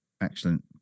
Excellent